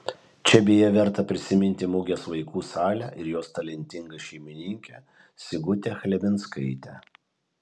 čia beje verta prisiminti mugės vaikų salę ir jos talentingą šeimininkę sigutę chlebinskaitę